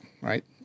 right